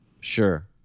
Sure